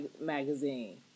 magazine